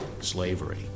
slavery